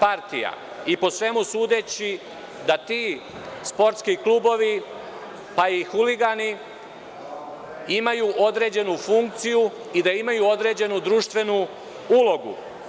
partija i po svemu sudeći da ti sportski klubovi, pa i huligani imaju određenu funkciju i da imaju određenu društvenu ulogu.